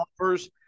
offers